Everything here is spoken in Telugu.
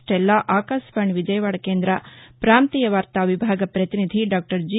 స్లెల్లా ఆకాశవాణి విజయవాడ కేంద్ర పాంతీయ వార్తా విభాగ ప్రతినిధి డాక్టర్ జి